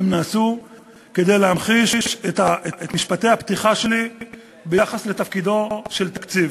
הוא נעשה כדי להמחיש את משפטי הפתיחה שלי ביחס לתפקידו של תקציב.